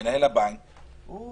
אנחנו